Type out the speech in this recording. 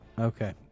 Okay